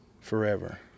forever